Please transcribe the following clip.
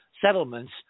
settlements